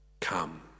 Come